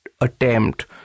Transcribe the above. attempt